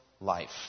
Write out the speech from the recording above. life